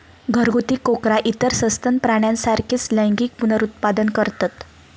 घरगुती कोकरा इतर सस्तन प्राण्यांसारखीच लैंगिक पुनरुत्पादन करतत